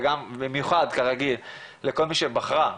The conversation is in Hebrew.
ובמיוחד כרגיל לכל מי שבחרה,